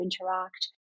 interact